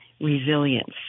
resilience